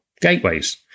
gateways